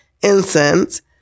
incense